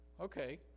Okay